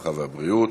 הרווחה והבריאות.